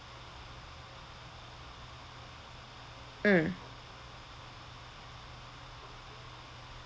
mm